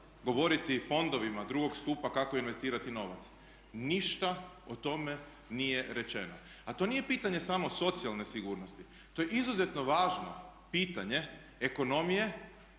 govoriti fondovima drugog stupa kako investirati novce? Ništa o tome nije rečeno. A to nije pitanje samo socijalne sigurnosti, to je izuzetno važno pitanje ekonomije